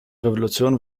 revolution